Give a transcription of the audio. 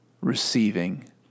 receiving